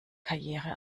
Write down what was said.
karriere